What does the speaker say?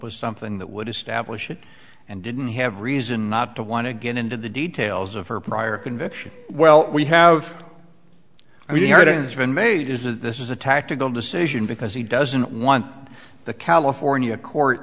with something that would establish it and didn't have reason not to want to get into the details of her prior conviction well we have been hearing this been made is that this is a tactical decision because he doesn't want the california court